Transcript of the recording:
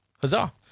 huzzah